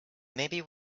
maybe